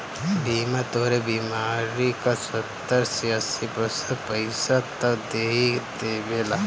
बीमा तोहरे बीमारी क सत्तर से अस्सी प्रतिशत पइसा त देहिए देवेला